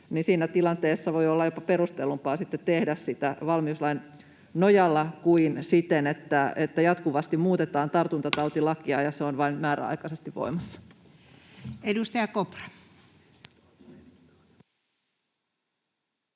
siinä tilanteessa voi olla jopa perustellumpaa tehdä sitä valmiuslain nojalla kuin siten, että jatkuvasti muutetaan tartuntatautilakia ja se on vain määräaikaisesti voimassa. Edustaja Kopra.